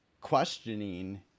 questioning